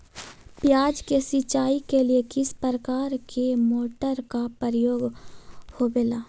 प्याज के सिंचाई के लिए किस प्रकार के मोटर का प्रयोग होवेला?